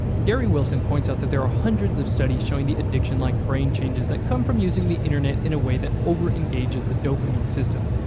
gary wilson points out that there are hundreds of studies showing the addiction like brain changes that come from using the internet in a way that over-engages the dopamine system.